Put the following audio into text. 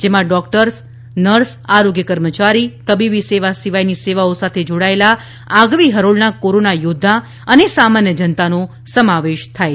જેમાં doctor nurse આરોગ્ય કર્મચારી તબીબી સેવા સિવાયની સેવાઓ સાથે જોડાયેલા આગવી હરોળના કોરોના થોધ્ધા અને સામાન્ય જનતાનો સમાવેશ થાય છે